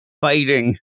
fighting